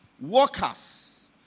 workers